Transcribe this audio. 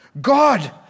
God